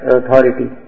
authority